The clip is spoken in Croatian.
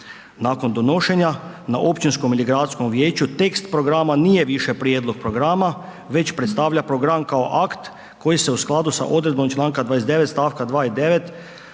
Nakon donošenja, na općinskom ili gradskom vijeću tekst programa nije više prijedlog programa već predstavlja program kao akt koji se u skladu sa odredbom čl. 29. stavka 2. i 9.